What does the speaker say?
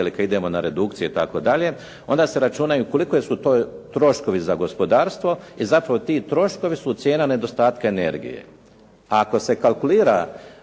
ili kad idemo na redukcije itd., onda se računaju koliki su to troškovi za gospodarstvo i zapravo ti troškovi su cijena nedostatka energije. A ako se kalkulira